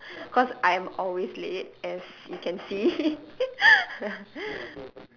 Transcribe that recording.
cause I'm always late as you can see